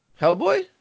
Hellboy